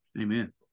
Amen